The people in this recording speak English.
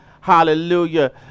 hallelujah